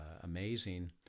amazing